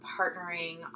partnering